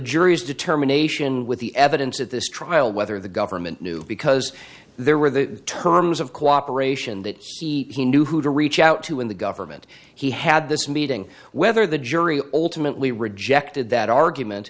jury's determination with the evidence at this trial whether the government knew because there were the terms of cooperation that see he knew who to reach out to in the government he had this meeting whether the jury ultimately rejected that argument